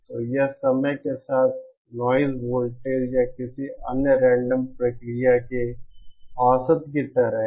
तो यह समय के साथ नॉइज़ वोल्टेज या किसी अन्य रेंडम प्रक्रिया के औसत की तरह है